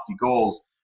goals